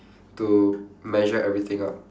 to measure everything out